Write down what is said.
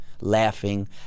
Laughing